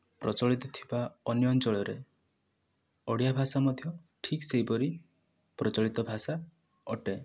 ପ୍ରଚଳିତ ଥିବା ଅନ୍ୟ ଅଞ୍ଚଳରେ ଓଡ଼ିଆ ଭାଷା ମଧ୍ୟ୍ୟ ଠିକ୍ ସେହିପରି ପ୍ରଚଳିତ ଭାଷା ଅଟେ